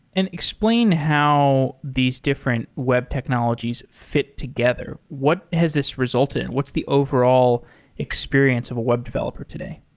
and explain how these different web technologies fit together. what has this resulted in? what's the overall experience of a web developer today?